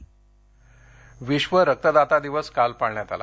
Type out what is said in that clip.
रक्तदाता दिवस विश्व रक्तदाता दिवस काल पाळण्यात आला